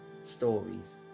stories